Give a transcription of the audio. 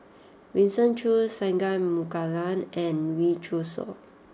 Winston Choos Singai Mukilan and Wee Cho Yaw